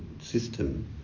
system